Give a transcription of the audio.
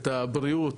את הבריאות,